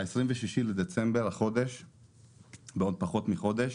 ב-26 בדצמבר, בעוד פחות מחודש,